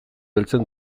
heltzen